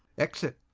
exit